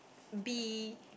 be